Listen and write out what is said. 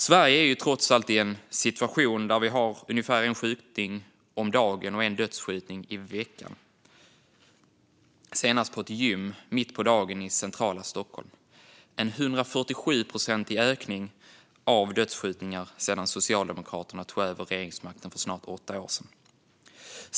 Sverige är ju trots allt i en situation där vi har ungefär en skjutning om dagen och en dödsskjutning i veckan - senast på ett gym mitt på dagen i centrala Stockholm. Det är en 147-procentig ökning av dödsskjutningar sedan Socialdemokraterna tog över regeringsmakten för snart åtta år sedan.